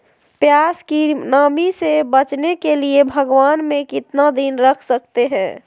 प्यास की नामी से बचने के लिए भगवान में कितना दिन रख सकते हैं?